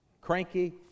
Cranky